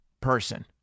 person